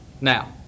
now